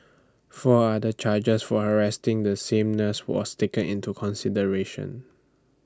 four other charges for harassing the same nurse was taken into consideration